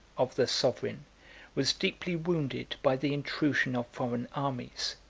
of the sovereign was deeply wounded by the intrusion of foreign armies,